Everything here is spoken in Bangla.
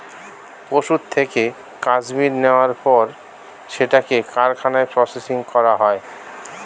পশুর থেকে কাশ্মীর নেয়ার পর সেটাকে কারখানায় প্রসেসিং করা হয়